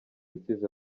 ukize